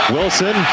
Wilson